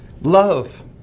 Love